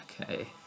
Okay